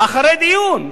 אחרי דיון.